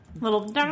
little